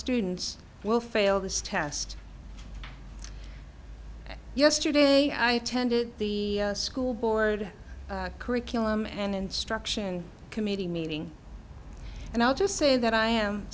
students will fail this test yesterday i attended the school board curriculum and instruction committee meeting and i'll just say that i am